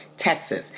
Texas